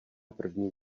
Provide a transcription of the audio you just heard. první